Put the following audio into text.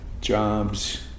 Jobs